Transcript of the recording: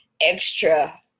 extra